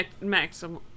maximum